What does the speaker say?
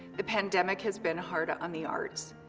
the pandemic has been hard on the arts,